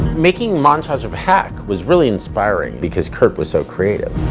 making montage of heck was really inspiring because kurt was so creative.